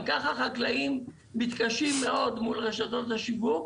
גם ככה החקלאים מתקשים מאוד מול רשתות השיווק,